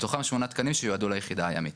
מתוכם שמונה תקנים שיועדו ליחידה הימית.